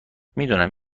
میدونم